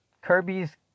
Kirby's